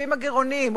בתקציבים הגירעוניים.